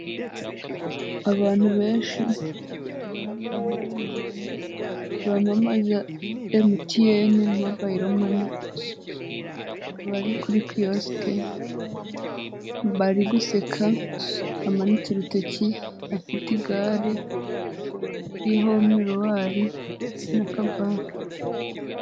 Abantu benshi, bamwe bambaye umuhondo, bamamaza MTN mobayiro mani, bari kuri kiyosike, bari guseka, amanitse urutoki afite igare ririho miruwari n'akabage.